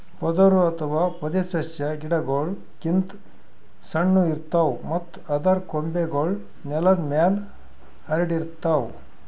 ಪೊದರು ಅಥವಾ ಪೊದೆಸಸ್ಯಾ ಗಿಡಗೋಳ್ ಗಿಂತ್ ಸಣ್ಣು ಇರ್ತವ್ ಮತ್ತ್ ಅದರ್ ಕೊಂಬೆಗೂಳ್ ನೆಲದ್ ಮ್ಯಾಲ್ ಹರ್ಡಿರ್ತವ್